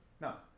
Now